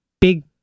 big